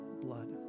blood